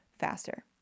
faster